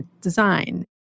design